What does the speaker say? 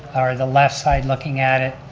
or the left side, looking at it,